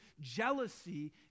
jealousy